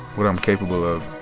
what i'm capable of